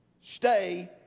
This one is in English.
stay